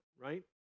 right